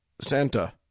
Santa